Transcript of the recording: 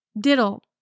Diddle